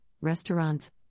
restaurants